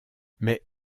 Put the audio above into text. mais